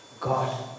God